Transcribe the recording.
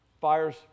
Fire's